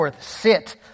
sit